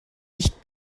nicht